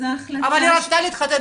אז ההחלטה --- אבל היא רצתה להתחתן,